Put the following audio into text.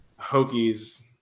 Hokies